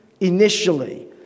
initially